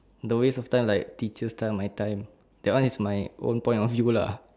the waste of time like teachers time my time that one is my own point of view lah